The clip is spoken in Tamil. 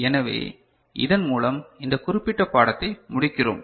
எனவே இதன் மூலம் இந்த குறிப்பிட்ட பாடத்தை முடிக்கிறோம்